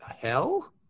Hell